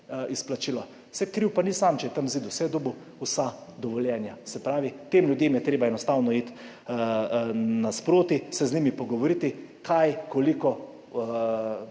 izplačilo. Saj kriv pa ni sam, če je tam zidal, saj je dobil vsa dovoljenja. Se pravi, tem ljudem je treba enostavno iti naproti, se z njimi pogovoriti, kaj, koliko